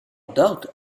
doubt